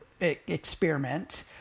Experiment